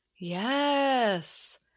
Yes